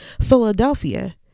Philadelphia